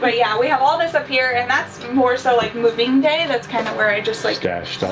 but yeah, we have all this up here and that's more so like moving day that's kinda where i just like stashed all